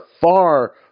far